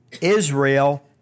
Israel